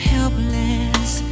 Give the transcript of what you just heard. Helpless